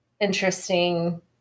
interesting